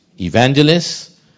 Evangelists